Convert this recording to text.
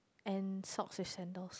and socks with scandals